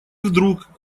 вдруг